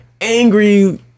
angry